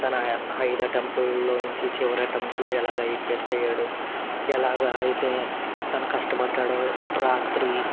తన ఐదు అటెంట్లలో నుంచి చివరి అటెంప్ట్లో ఎలాగ ఐపిఎస్ అయ్యాడు ఎలాగ అయితే తను కష్టపడ్డాడో రాత్రి